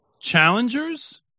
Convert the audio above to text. challengers